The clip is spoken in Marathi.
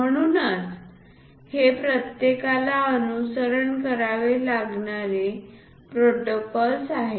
म्हणूनच हे प्रत्येकाला अनुसरण करावे लागणारे प्रोटोकॉल आहेत